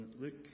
luke